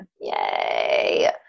Yay